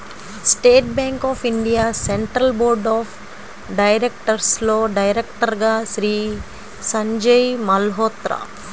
state Bank of India central board of డైరెక్టర్స్లో డైరెక్టర్గా శ్రీ సంజయ్ మల్హోత్రా